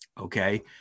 okay